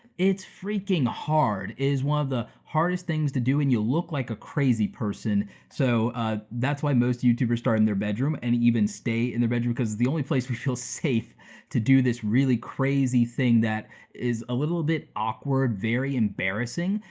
it's freaking hard. it's one of the hardest things to do, and you'll look like a crazy person. so ah that's why most youtubers start in their bedroom and even stay in their bedroom, cause it's the only place we feel safe to do this really crazy thing that is a little bit awkward, very embarrassing,